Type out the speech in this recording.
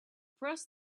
press